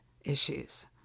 issues